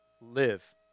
Live